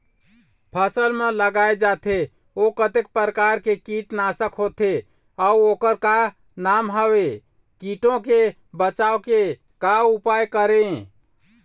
फसल म लगाए जाथे ओ कतेक प्रकार के कीट नासक होथे अउ ओकर का नाम हवे? कीटों से बचाव के का उपाय करें?